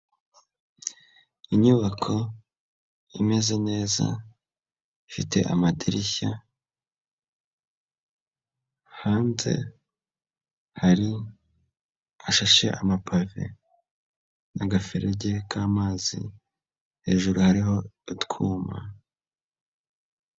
Inyubako imeze neza ifite amadirishya, hanze hari hashashe amapave nagaferege k'amazi, hejuru hariho utwuma.